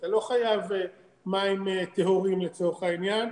אתה לא חייב מים טהורים לצורך העניין,